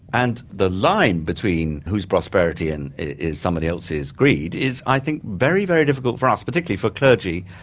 and the line between whose prosperity and is somebody else's greed is, i think, very very difficult for us particularly for clergy,